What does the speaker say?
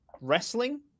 wrestling